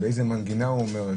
באיזה מנגינה הוא אומר,